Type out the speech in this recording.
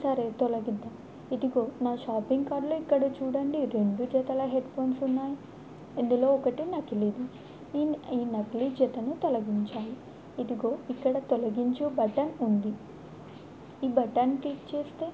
సరే తొలగిద్దాం ఇదిగో నా షాపింగ్ కార్టులో ఇక్కడ చూడండి రెండు జతల హెడ్ఫోన్స్ ఉన్నాయి ఇందులో ఒకటి నకిలి ఇది ఈ ఈ నకిలి జతను తొలగించాను ఇదిగో ఇక్కడ తొలగించు బటన్ ఉంది ఈ బటన్ క్లిక్ చేస్తే